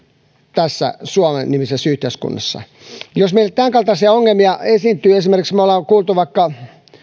tässä suomi nimisessä yhteiskunnassa jos meillä tämänkaltaisia ongelmia esiintyy esimerkiksi me olemme kuulleet ja vaikka